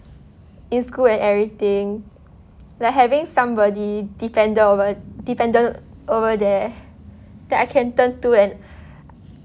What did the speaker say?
in school and everything like having somebody dependent over~ dependent over there that I can turn to and